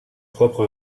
propre